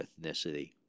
ethnicity